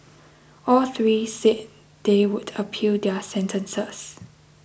all three said they would appeal their sentences